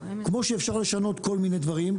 כמו שאפשר לשנות כל מיני דברים,